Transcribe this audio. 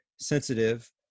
sensitive